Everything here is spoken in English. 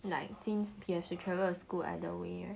like since you have to travel to school either way [right]